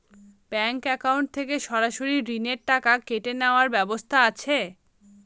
Bank account থেকে সরাসরি ঋণের টাকা কেটে নেওয়ার ব্যবস্থা আছে?